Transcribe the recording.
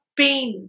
pain